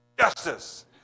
justice